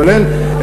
אבל אין ועדות,